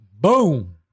Boom